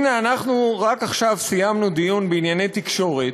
הנה, אנחנו רק עכשיו סיימנו דיון בענייני תקשורת,